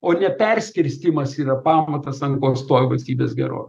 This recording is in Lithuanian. o ne perskirstymas yra pamatas ant ko dtovi valstybės gerovė